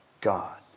God